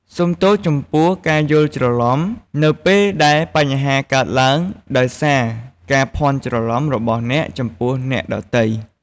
សូមទោសចំពោះការយល់ច្រឡំ នៅពេលដែលបញ្ហាកើតឡើងដោយសារការភាន់ច្រឡំរបស់អ្នកចំពោះអ្នកដទៃ។